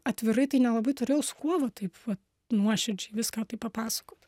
atvirai tai nelabai turėjau su kuo va taip va nuoširdžiai viską taip papasakot